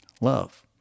Love